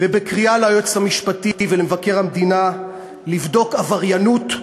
ובקריאה ליועץ המשפטי ולמבקר המדינה לבדוק עבריינות,